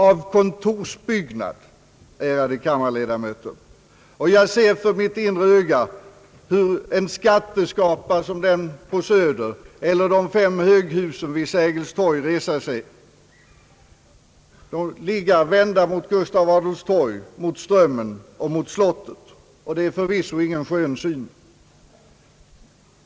Av kontorsbyggnad! ärade kammarledamöter. Och jag ser för mitt inre öga en byggnad som skatteskrapan på Söder eller som de fem höghusen vid Sergels torg ligga vänd mot Gustav Adolfs torg, mot Strömmen, mot slottet. Och det är förvisso ingen skön syn.